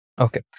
Okay